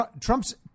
Trump's